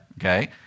okay